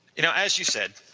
you know as you said,